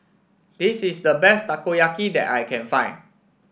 this is the best Takoyaki that I can find